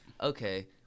Okay